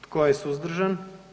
Tko je suzdržan?